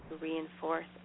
Reinforce